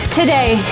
today